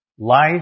Life